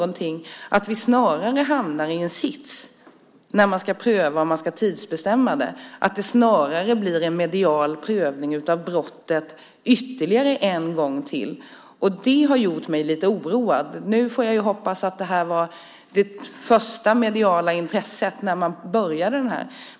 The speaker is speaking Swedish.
Då hamnar man i en sådan situation att när man ska pröva om man ska tidsbestämma straffet blir det snarare en medial prövning av brottet ytterligare en gång. Det har gjort mig lite oroad. Nu hoppas jag att det var ett medialt intresse på grund av att man började med detta.